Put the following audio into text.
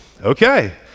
okay